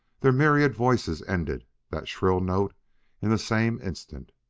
their myriad voices ended that shrill note in the same instant.